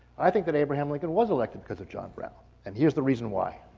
i think that abraham lincoln was elected because of john brown, and here's the reason why.